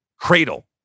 cradle